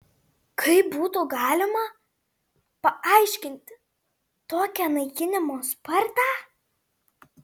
kaip būtų galima paaiškinti tokią naikinimo spartą